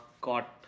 got